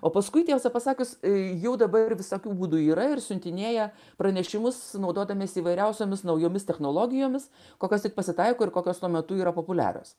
o paskui tiesą pasakius jau dabar visokių būdų yra ir siuntinėja pranešimus naudodamiesi įvairiausiomis naujomis technologijomis kokias tik pasitaiko ir kokios tuo metu yra populiarios